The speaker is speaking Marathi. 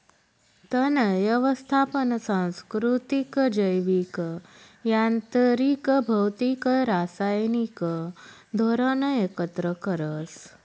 तण यवस्थापन सांस्कृतिक, जैविक, यांत्रिक, भौतिक, रासायनिक धोरण एकत्र करस